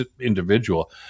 individual